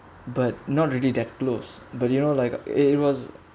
but not really that close but you know like uh it was